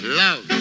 love